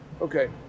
Okay